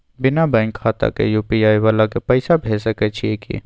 बिना बैंक खाता के यु.पी.आई वाला के पैसा भेज सकै छिए की?